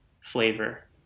flavor